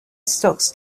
stocks